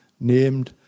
named